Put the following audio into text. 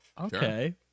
Okay